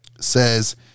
Says